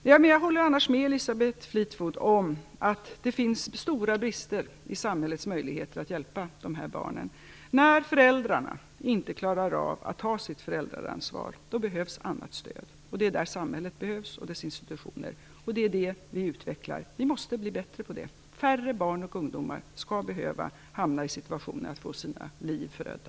Annars håller jag med Elisabeth Fleetwood om att det finns stora brister i samhällets möjligheter att hjälpa dessa barn. När föräldrarna inte klarar av att ta sitt föräldraansvar behövs annat stöd. Det är där samhället behövs. Det är det vi utvecklar, vi måste bli bättre på det. Färre barn och ungdomar skall behöva hamna i situationer att få sina liv förödda.